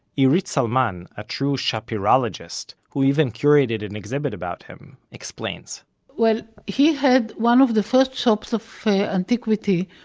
irit salmon, a true shapirologist, who even curated an exhibit about him, explains well, he had one of the first shops of antiquity